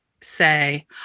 say